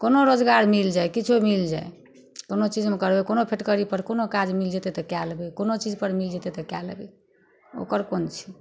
कोनो रोजगार मिल जाइ किछो मिल जाइ कोनो चीजमे करबै कोनो फैक्ट्रीपर कोनो काज मिल जेतै तऽ कए लेबै कोनो चीजपर मिल जेतै तऽ कए लेबै ओकर कोन छै